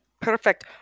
Perfect